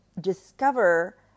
discover